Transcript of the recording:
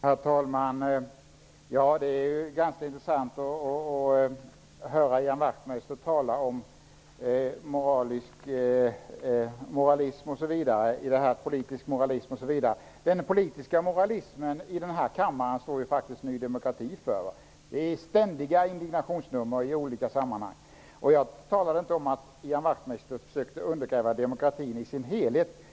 Herr talman! Det är ganska intressant att höra Ian Wachtmeister tala om politisk moralism osv. Den politiska moralismen i denna kammare står ju faktiskt Ny demokrati för. De står för ständiga indignationsnummer i olika sammanhang. Jag sade inte att Ian Wachtmeister försöker undergräva demokratin i dess helhet.